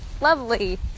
lovely